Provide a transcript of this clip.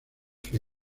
que